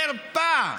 חרפה.